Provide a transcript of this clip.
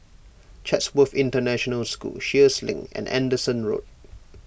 Chatsworth International School Sheares Link and Anderson Road